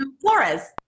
Flores